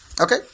Okay